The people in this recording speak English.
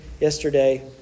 yesterday